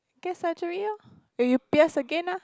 get surgery lor if you pierce again ah